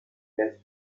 that